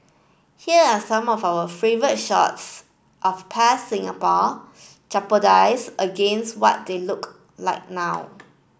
here are some of our favourite shots of past Singapore against what they look like now